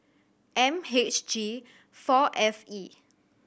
M H G four F E